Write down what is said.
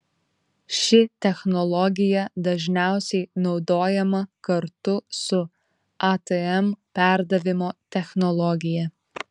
ši technologija dažniausiai naudojama kartu su atm perdavimo technologija